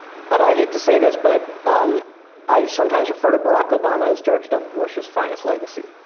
but i hate to say this, but i sometimes refer to barack obama as george w. bush's finest legacy.